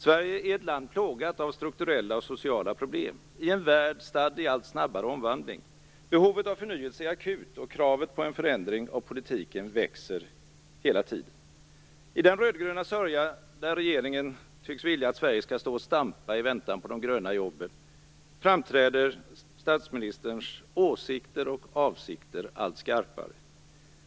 Sverige är ett land plågat av strukturella och sociala problem, i en värld stadd i allt snabbare omvandling. Behovet av förnyelse är akut och kravet på en förändring av politiken växer hela tiden. I den röd-gröna sörja där regeringen tycks vilja att Sverige skall stå och stampa i väntan på de gröna jobben framträder statsministerns åsikter och avsikter allt skarpare.